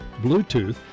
Bluetooth